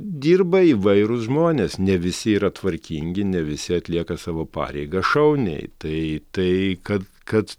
dirba įvairūs žmonės ne visi yra tvarkingi ne visi atlieka savo pareigą šauniai tai tai kad kad